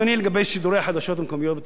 לגבי שידורי החדשות המקומיות בטלוויזיה.